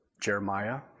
Jeremiah